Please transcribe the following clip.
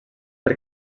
per